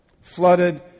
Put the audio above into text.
flooded